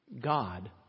God